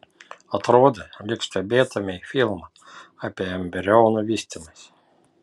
atrodė lyg stebėtumei filmą apie embrionų vystymąsi